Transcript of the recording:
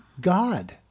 God